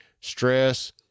stress